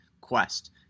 quest